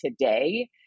today